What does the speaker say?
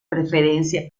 preferencia